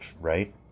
right